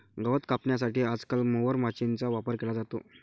गवत कापण्यासाठी आजकाल मोवर माचीनीचा वापर केला जातो